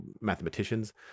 mathematicians